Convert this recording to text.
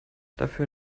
dafür